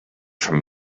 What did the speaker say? from